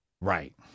Right